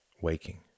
waking